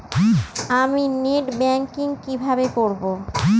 আমি net banking কিভাবে করব?